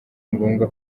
ngombwa